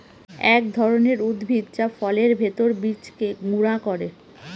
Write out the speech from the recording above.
এক ধরনের উদ্ভিদ যা ফলের ভেতর বীজকে গুঁড়া করে